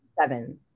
seven